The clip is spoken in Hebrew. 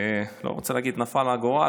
אני לא רוצה להגיד שכך נפל הגורל,